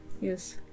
Yes